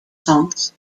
songs